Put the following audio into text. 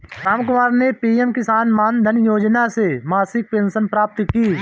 रामकुमार ने पी.एम किसान मानधन योजना से मासिक पेंशन प्राप्त की